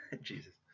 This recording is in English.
Jesus